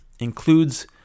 includes